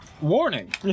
Warning